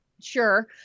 sure